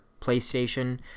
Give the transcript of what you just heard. PlayStation